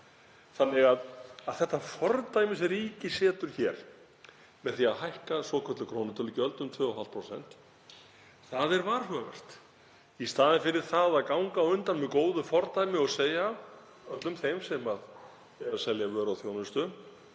Þannig að það fordæmi sem ríkið setur hér með því að hækka svokölluð krónutölugjöld um 2,5% er varhugavert, í staðinn fyrir að ganga á undan með góðu fordæmi og segja öllum þeim sem selja vöru og þjónustu: